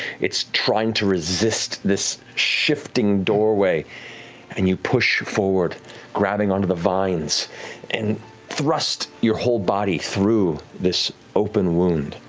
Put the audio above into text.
it's trying to resist this shifting doorway and you push forward grabbing onto the vines and thrust your whole body through this open wound.